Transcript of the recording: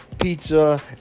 pizza